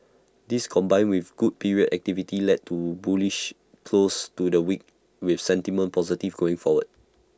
this combined with good period activity led to A bullish close to the week with sentiment positive going forward